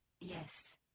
yes